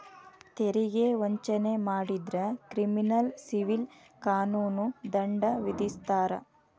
ತೆರಿಗೆ ವಂಚನೆ ಮಾಡಿದ್ರ ಕ್ರಿಮಿನಲ್ ಸಿವಿಲ್ ಕಾನೂನು ದಂಡ ವಿಧಿಸ್ತಾರ